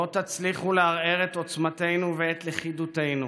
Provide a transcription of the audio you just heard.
לא תצליחו לערער את עוצמתנו ואת לכידותנו,